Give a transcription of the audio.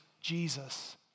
Jesus